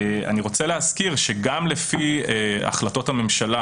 אני רוצה להזכיר שגם לפי החלטות הממשלה